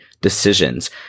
decisions